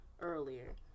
earlier